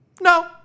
no